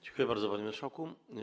Dziękuję bardzo, panie marszałku.